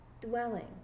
Dwelling